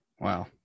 Wow